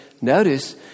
notice